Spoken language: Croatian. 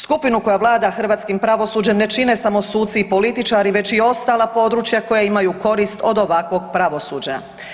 Skupinu koja vlada hrvatskim pravosuđem ne čine samo suci i političari već i ostala područja koja imaju korist od ovakvog pravosuđa.